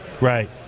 Right